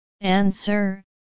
answer